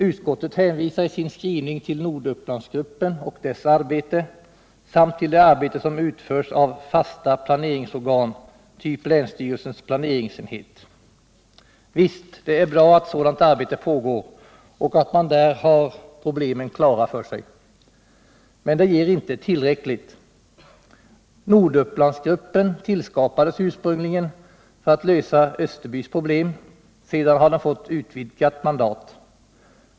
Utskottet hänvisar i sin skrivning till Nordupplandsgruppen och dess arbete samt till det arbete som utförs av fasta planeringsorgan typ länsstyrelsernas planeringsenhet. Visst, det är bra att sådant arbete pågår och att man har problemen klara för sig. Men det är inte tillräckligt. Nordupplandsgruppen skapades ursprungligen för att lösa Österbybruks problem, och den har sedan fått utvidgat mandat.